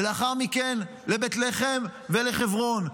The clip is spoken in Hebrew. ולאחר מכן לבית לחם ולחברון.